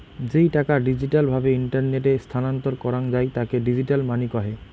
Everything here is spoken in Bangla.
যেই টাকা ডিজিটাল ভাবে ইন্টারনেটে স্থানান্তর করাঙ যাই তাকে ডিজিটাল মানি কহে